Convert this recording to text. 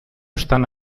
estan